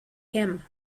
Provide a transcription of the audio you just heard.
him